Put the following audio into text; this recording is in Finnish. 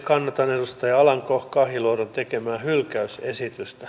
kannatan edustaja alanko kahiluodon tekemää hylkäysesitystä